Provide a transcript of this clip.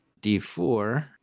D4